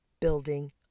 building